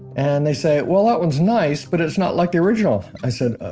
and they say, well that one's nice, but it's not like the original. i said, um,